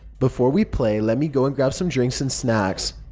before we play, let me go and grab some drinks and snacks.